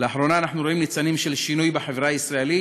אנחנו רואים ניצנים של שינוי בחברה הישראלית,